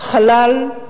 חלל,